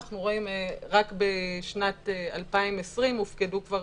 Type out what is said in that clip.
אנחנו רואים רק בשנת 2020 שהופקדו כבר